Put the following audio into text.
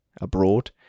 abroad